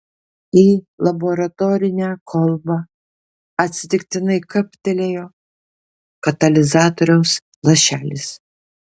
į laboratorinę kolbą atsitiktinai kaptelėjo katalizatoriaus lašelis